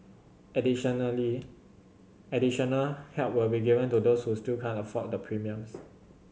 additionally additional help will be given to those who still can't afford the premiums